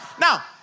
Now